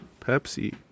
Pepsi